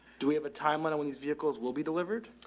do we have a time when when these vehicles will be delivered?